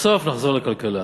בסוף נחזור לכלכלה.